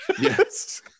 Yes